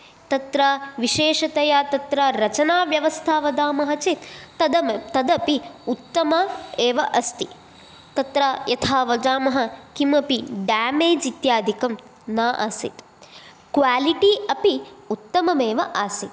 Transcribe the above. तत्र विशेषतया तत्र रचनाव्यवस्था वदामः चेत् तदमि तदपि उत्तम एव अस्ति तत्र यथा वदामः किमपि डामेज् इत्यादिकं न आसीत् क्वालिटि अपि उत्तममेव आसीत्